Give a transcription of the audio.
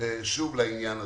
לעניין הזה.